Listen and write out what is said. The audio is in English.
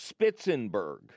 Spitzenberg